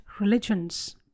religions